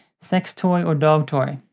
sex toy or dog toy